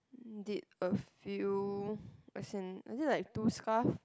did a few as in as in like two scarf